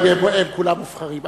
הם כולם מובחרים.